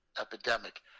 epidemic